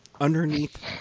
underneath